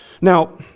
Now